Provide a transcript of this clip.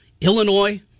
Illinois